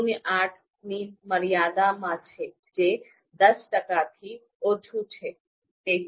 ૦૮ ની મર્યાદામાં છે જે દસ ટકાથી ઓછું છે